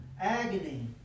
agony